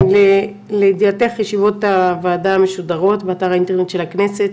לידיעתך ישיבות הוועדה משודרות באתר האינטרנט של הכנסת.